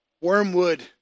Wormwood